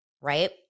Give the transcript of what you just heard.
right